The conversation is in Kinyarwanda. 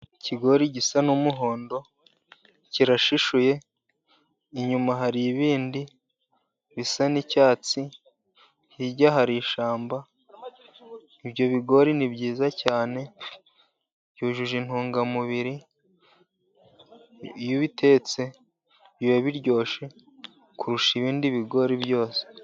Ikigori gisa n'umuhondo, kirashishuye inyuma hari ibindi bisa n'icyatsi, hirya hari ishyamba ibyo bigori ni byiza cyane byujuje intungamubiri, iyo ubitetse biba biryoshye kurusha ibindi bigori byose.